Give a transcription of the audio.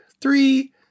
three